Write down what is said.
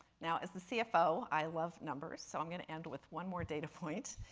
now, as the cfo, i love numbers, so i'm going to end with one more data point.